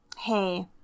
hey